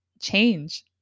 change